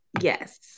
Yes